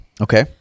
Okay